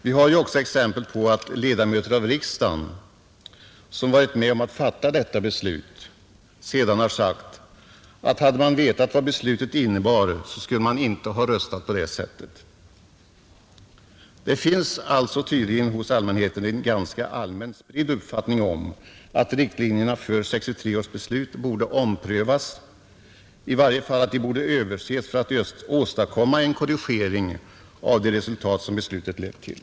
Vi har ju också exempel på att ledamöter av riksdagen, som varit med om att fatta detta beslut, efteråt har sagt att om de hade vetat vad beslutet innebar så skulle de inte röstat på det sättet. Och hos allmänheten finns det tydligen en ganska spridd uppfattning om att riktlinjerna för 1963 års beslut borde omprövas eller i varje fall överses för att man skall kunna åstadkomma en korrigering av de resultat som beslutet lett till.